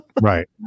right